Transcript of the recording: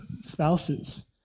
spouses